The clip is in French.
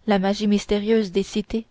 reste la magie mystérieuse des cités